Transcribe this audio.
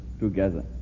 together